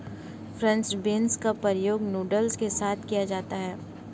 French beans का प्रयोग noodles के साथ किया जाता है